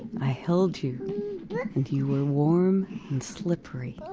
i held you and you were warm and slippery.